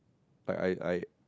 like I I